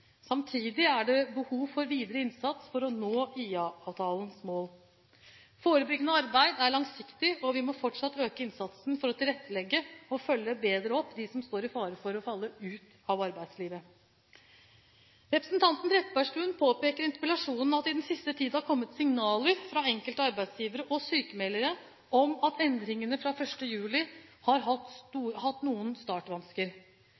Samtidig er det behov for videre innsats for å nå IA-avtalens mål. Forebyggende arbeid er langsiktig, og vi må fortsatt øke innsatsen for å tilrettelegge og følge bedre opp dem som står i fare for å falle ut av arbeidslivet. Representanten Trettebergstuen påpeker i interpellasjonen at det i den siste tid har kommet signaler fra enkelte arbeidsgivere og sykmeldere om at endringene fra 1. juli har hatt noen startvansker.